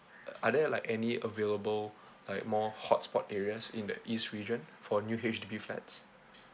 are there like any available like more hotspot areas in the east region for new H_D_B flats